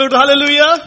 hallelujah